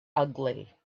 ugly